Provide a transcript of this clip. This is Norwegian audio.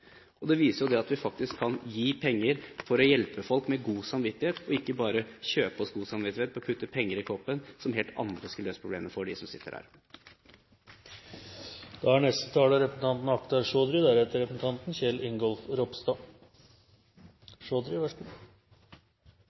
tiggere. Det viser at vi kan gi penger for å hjelpe folk med god samvittighet, og ikke bare kjøpe oss god samvittighet ved å putte penger i koppen, så helt andre skal løse problemene for dem som sitter der. Mange land i Europa er